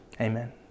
Amen